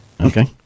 okay